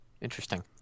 Interesting